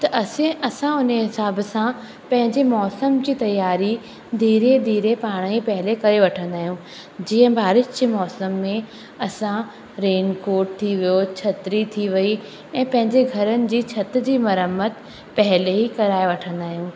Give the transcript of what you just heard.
त असे असां उन जे हिसाब सां पंहिंजे मौसम जी तियारी धीरे धीरे पाण ई पहिले करे वठंदा आहियूं जीअं बारिश जे मौसम में असां रेनकोर्ट थी वियो छत्री थी वई ऐं पंहिंजे घरनि जी छत जी मरमत पहिले ई कराए वठंदा आहियूं